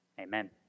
Amen